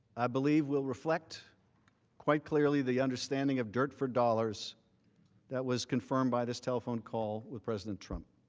i believe will reflect quite clearly the understanding of dirt for dollars that was confirmed by this telephone call with president trump.